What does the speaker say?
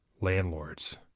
landlords